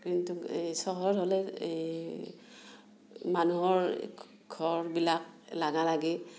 কিন্তু এই চহৰ হ'লে এই মানুহৰ ঘৰবিলাক লাগা লাগি